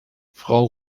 frau